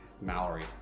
Mallory